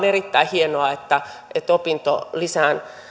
erittäin hienoa että että opintolisään